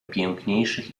piękniejszych